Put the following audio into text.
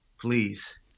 please